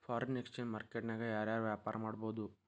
Foreign exchange market ನ್ಯಾಗ ಯಾರ್ ಯಾರ್ ವ್ಯಾಪಾರಾ ಮಾಡ್ಬೊದು?